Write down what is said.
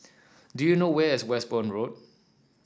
do you know where is Westbourne Road